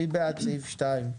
מי בעד סעיף (2)?